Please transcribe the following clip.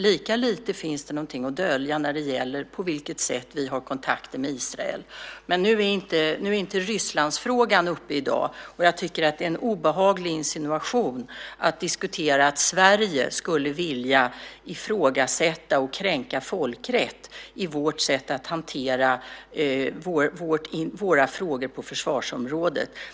Lika lite finns det någonting att dölja när det gäller på vilket sätt vi har kontakter med Israel. Men nu är inte Rysslandsfrågan uppe i dag. Jag tycker att det är en obehaglig insinuation att diskutera att Sverige skulle vilja ifrågasätta och kränka folkrätt i vårt sätt att hantera våra frågor på försvarsområdet.